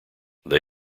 they